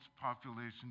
population